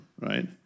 right